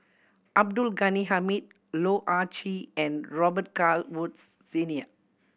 Abdul Ghani Hamid Loh Ah Chee and Robet Carr Woods Senior